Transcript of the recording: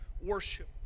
worship